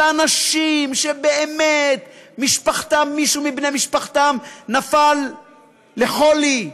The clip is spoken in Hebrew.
של אנשים שבאמת מישהו מבני משפחתם נפל לחולי,